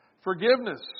forgiveness